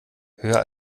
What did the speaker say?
höher